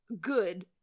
good